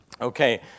Okay